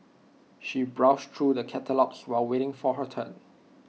she browsed through the catalogues while waiting for her turn